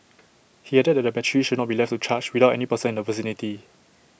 he added that the batteries should not be left to charge without any person in the vicinity